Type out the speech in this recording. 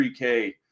3K